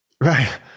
Right